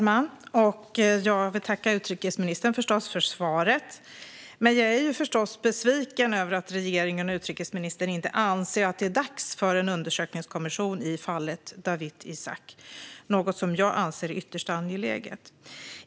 Fru talman! Jag vill tacka utrikesministern för svaret, men jag är förstås besviken över att regeringen och utrikesministern inte anser att det är dags för en undersökningskommission i fallet Dawit Isaak, något som jag anser är ytterst angeläget.